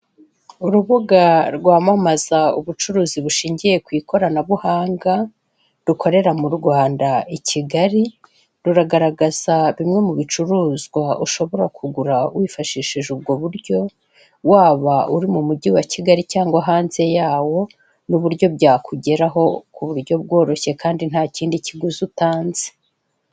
Urubuga rwamamaza ubucuruzi bushingiye ku ikoranabuhanga rukorera mu Rwanda I kigali, ruragaragaza bimwe mubicuruzwa ushobora kugura wifashishije ubwo buryo, waba uri mu mugi wa kigali cyangwa hanze yawo n'uburyo byakugeraho kuburyo bworoshye kandi ntakindi kiguzi utanze